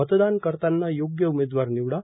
मतदान करताना योग्य उमेदवार निवडा